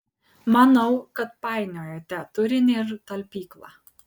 manau kad painiojate turinį ir talpyklą